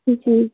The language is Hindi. जी